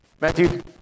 Matthew